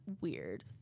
weird